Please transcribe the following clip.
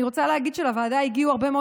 אני רוצה להגיד שלוועדה הגיעו הרבה מאוד